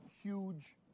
huge